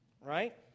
Right